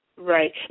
Right